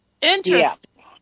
Interesting